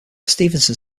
stevenson